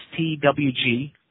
STWG